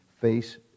face